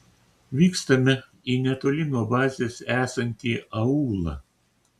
vykstame į netoli nuo bazės esantį aūlą